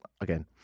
Again